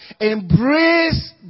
embrace